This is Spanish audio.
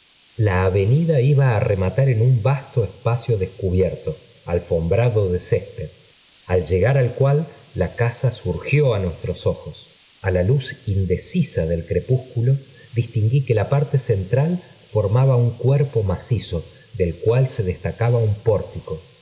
da avenida iba á rematar en un vasto espacio descubierto alfombrado de césped al llegar al rist i a casa urgi nuestros ojos a ia huf iude a j crepúsculo distinguí que la parte central uirt r cízo del cuai a estacaba un pórtico